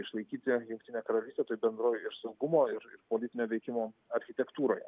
išlaikyti jungtinę karalystę toj bendrojoj saugumo ir politinio veikimo architektūroje